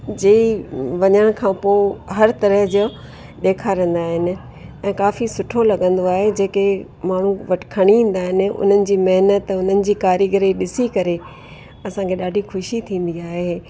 जे ई वञण खां पोइ हर तरह जो ॾेखारंदा आहिनि ऐं काफ़ी सुठो लॻंदो आहे जेके माण्हू वठ खणी ईंदा आहिनि उन्हनि जी महिनत उन्हनि जी कारीगरी ॾिसी करे असांखे ॾाढी ख़ुशी थींदी आहे